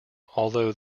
although